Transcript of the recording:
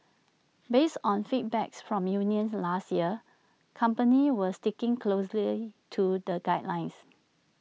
based on feedback's from unions last year companies were sticking closely to the guidelines